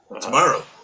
tomorrow